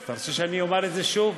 אתה רוצה שאני אומר את זה שוב?